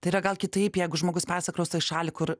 tai yra gal kitaip jeigu žmogus persikrausto į šalį kur